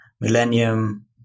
Millennium